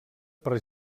per